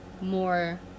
more